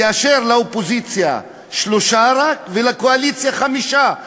כאשר לאופוזיציה רק שלושה ולקואליציה חמישה,